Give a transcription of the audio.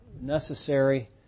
necessary